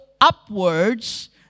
upwards